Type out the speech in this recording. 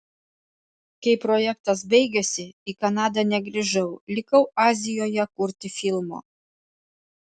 kai projektas baigėsi į kanadą negrįžau likau azijoje kurti filmo